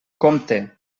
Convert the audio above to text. compte